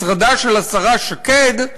משרדה של השרה שקד,